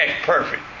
perfect